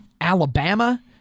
Alabama